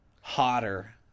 hotter